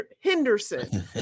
Henderson